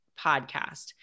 podcast